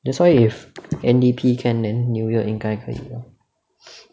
that's why if N_D_P can then new year 应该可以 bah